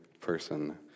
person